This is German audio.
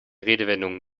redewendungen